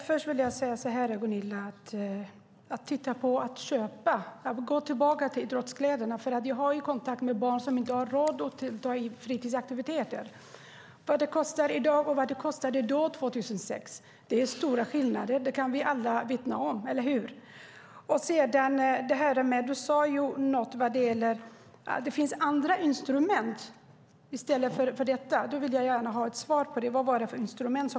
Herr talman! Jag går tillbaka till att prata om idrottskläderna, för jag har kontakt med barn som inte har råd att vara med på fritidsaktiviteter. Det är stor skillnad på vad det kostar i dag och vad det kostade 2006. Det kan vi alla vittna om, eller hur? Du pratade om att det finns andra instrument, och då vill jag ha svar på vad du menade för instrument.